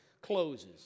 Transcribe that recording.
closes